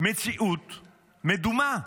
מציאות מדומה,